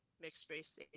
mixed-race